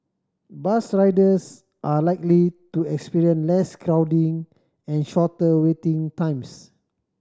bus riders are likely to experience less crowding and shorter waiting times